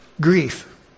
grief